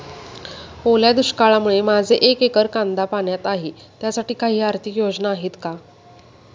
ओल्या दुष्काळामुळे माझे एक एकर कांदा पाण्यात आहे त्यासाठी काही आर्थिक योजना आहेत का?